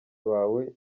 wawe